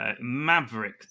maverick